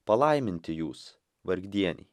palaiminti jūs vargdieniai